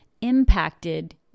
impacted